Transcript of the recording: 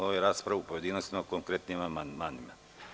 Ovo je rasprava u pojedinostima o konkretnim amandmanima.